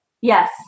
Yes